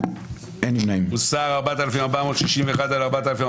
כשנצליח לגייס רוב, נצביע על זה.